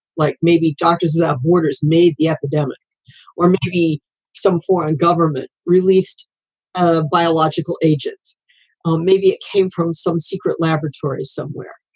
like maybe george is not orders made the epidemic or maybe some foreign government released ah biological agents or maybe it came from some secret laboratory somewhere,